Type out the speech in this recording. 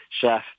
chef